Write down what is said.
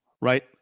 right